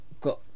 got